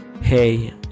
hey